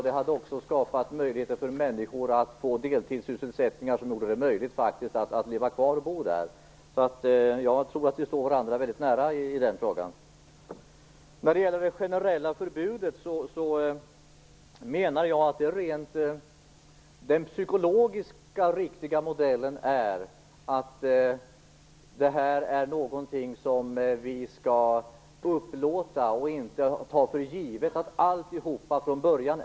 Det hade också skapat möjligheter för människor att få deltidssysselsättningar som kunde göra det möjligt att leva kvar och bo där. Jag tror att vi står varandra mycket nära i den frågan. När det gäller det generella förbudet menar jag att den psykologiskt riktiga modellen är att detta är någonting som vi skall upplåta och inte ta för givet att allt är upplåtet från början.